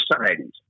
societies